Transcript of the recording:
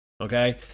Okay